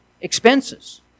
expenses